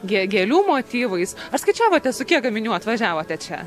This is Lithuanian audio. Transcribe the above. gėlių motyvais ar skaičiavote su kiek gaminių atvažiavote čia